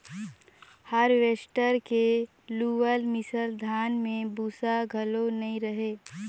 harvester के लुअल मिसल धान में भूसा घलो नई रहें